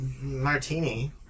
martini